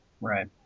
Right